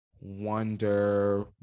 wonder